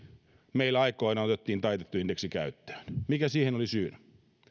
meillä aikoinaan otettiin taitettu indeksi käyttöön mikä siihen oli syynä